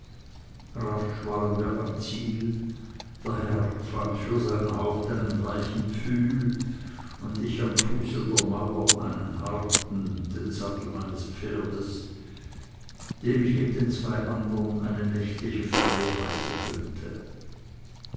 waren wir am ziel der herr fand für sein haupt einen weichen pfühl und ich am fuße der mauer einen harten den sattel meines pferdes dem ich mit den zwei andern eine nächtliche freie weide gönnte